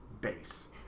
base